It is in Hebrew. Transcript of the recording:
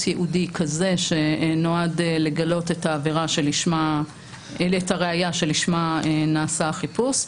ייעודי כזה שנועד לגלות את הראיה לשמה נעשה החיפוש.